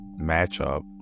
matchup